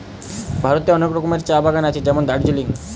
ভারতে অনেক রকমের চা বাগান আছে যেমন দার্জিলিং